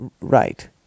right